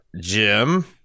Jim